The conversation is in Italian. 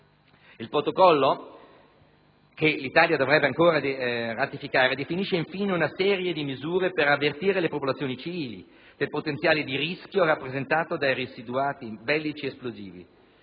Il Protocollo, che l'Italia dovrebbe ancora ratificare, definisce infine una serie di misure per avvertire le popolazioni civili del potenziale di rischio rappresentato dai residuati bellici esplosivi.